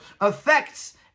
affects